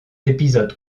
épisode